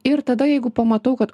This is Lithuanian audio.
ir tada jeigu pamatau kad